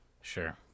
sure